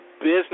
business